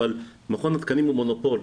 אבל מכון התקנים הוא מונופול.